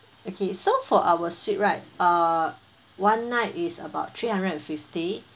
okay so for our suite right uh one night is about three hundred and fifty